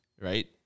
right